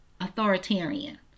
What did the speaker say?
authoritarian